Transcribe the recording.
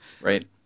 Right